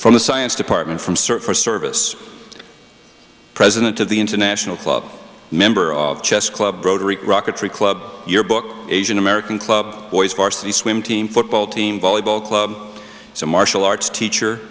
from the science department from cert for service president of the international club member of chess club rocketry club your book asian american club boys varsity swim team football team volleyball club some martial arts teacher